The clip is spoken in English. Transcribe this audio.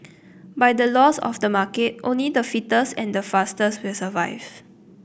by the laws of the market only the fittest and fastest will survive